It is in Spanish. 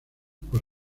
por